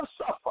suffer